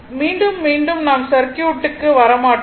மீண்டும் மீண்டும் நாம் சர்க்யூட்டுக்கு வரமாட்டோம்